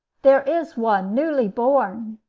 there is one newly born.